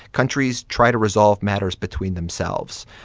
countries try to resolve matters between themselves.